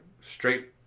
straight